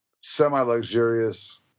semi-luxurious